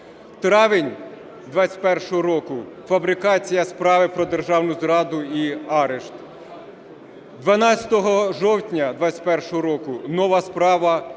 Травень 21-го року – фабрикація справи про державну зраду і арешт. 12 жовтня 21-го року нова справа і